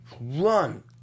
Run